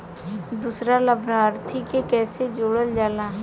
दूसरा लाभार्थी के कैसे जोड़ल जाला?